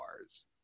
bars